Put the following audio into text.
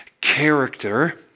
character